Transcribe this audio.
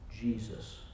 Jesus